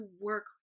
work